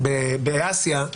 הסארס באסיה,